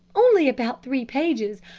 only about three pages,